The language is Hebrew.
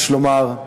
יש לומר.